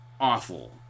awful